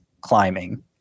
climbing